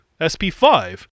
SP5